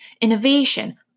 innovation